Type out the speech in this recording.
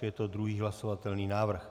Je to druhý hlasovatelný návrh.